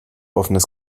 offenes